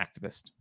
activist